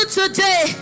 today